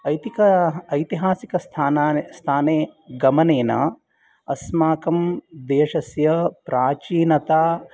ऐतिहासिकस्थाने गमनेन अस्माकं देशस्य प्राचीनता